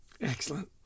Excellent